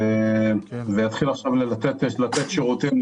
ויתחיל לתת שירותים